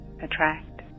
attract